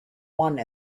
one